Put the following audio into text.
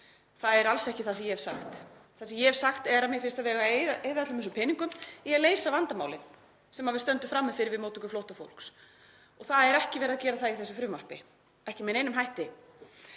Það er alls ekki það sem ég hef sagt. Það sem ég hef sagt er að mér finnst að við ættum að eyða öllum þessum peningum í að leysa vandamálin sem við stöndum frammi fyrir við móttöku flóttafólks. Og það er ekki verið að gera það í þessu frumvarpi, ekki með neinum hætti.